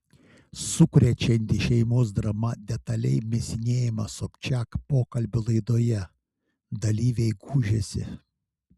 sukrečianti šeimos drama detaliai mėsinėjama sobčiak pokalbių laidoje dalyviai gūžiasi